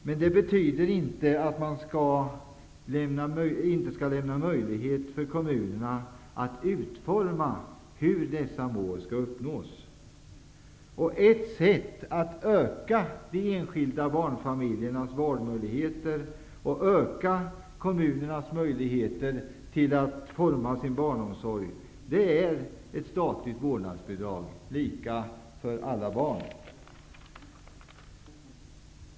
Men det betyder inte att man inte skall lämna möjlighet för kommunerna att avgöra hur dessa mål skall uppnås. Ett sätt att öka de enskilda barnfamiljernas valmöjligheter och öka kommunernas möjligheter att utforma barnomsorgen är att införa ett statligt vårdnadsbidrag, lika för alla barn.